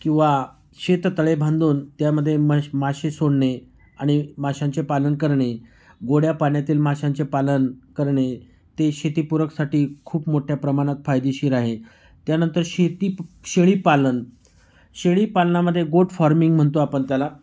किंवा शेततळे बांधून त्यामध्ये मश मासे सोडणे आणि माशांचे पालन करणे गोड्या पाण्यातील माशाचे पालन करणे ते शेतीपूरकसाठी खूप मोठ्या प्रमाणात फायदेशीर आहे त्यानंतर शेती शेळीपालन शेळीपालनामध्ये गोट फार्मिंग म्हणतो आपण त्याला